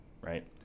right